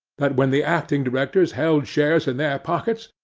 that when the acting directors held shares in their pockets,